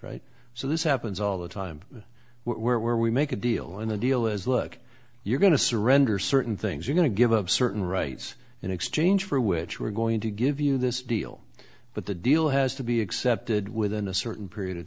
right so this happens all the time we're we make a deal in the deal as look you're going to surrender certain things are going to give up certain rights in exchange for which we're going to give you this deal but the deal has to be accepted within a certain period of